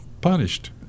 punished